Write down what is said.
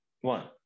one